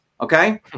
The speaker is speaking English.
Okay